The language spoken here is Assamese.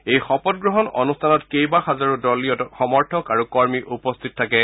এই শপতগ্ৰহণ অনুষ্ঠানত কেইবাহাজাৰো দলীয় সমৰ্থক আৰু কৰ্মী উপস্থিত থাকে